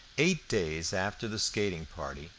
eight days after the skating party,